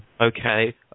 okay